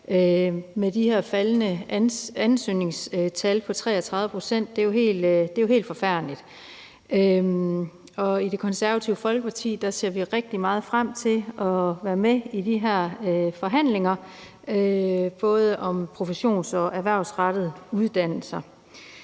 de her faldende ansøgningstal på 33 pct. Det er jo helt forfærdeligt, og i Det Konservative Folkeparti ser vi rigtig meget frem til at være med i de her forhandlinger både om professionsuddannelserne og de erhvervsrettede uddannelser.